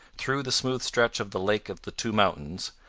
through the smooth stretch of the lake of the two mountains,